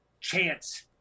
chance